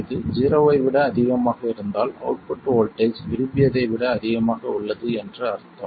இது ஜீரோவை விட அதிகமாக இருந்தால் அவுட்புட் வோல்ட்டேஜ் விரும்பியதை விட அதிகமாக உள்ளது என்று அர்த்தம்